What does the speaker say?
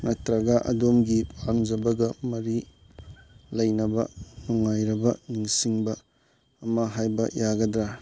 ꯅꯠꯇ꯭ꯔꯒ ꯑꯗꯣꯝꯒꯤ ꯄꯥꯝꯖꯕꯒ ꯃꯔꯤ ꯂꯩꯅꯕ ꯅꯨꯡꯉꯥꯏꯔꯕ ꯅꯤꯡꯁꯤꯡꯕ ꯑꯃ ꯍꯥꯏꯕ ꯌꯥꯒꯗ꯭ꯔꯥ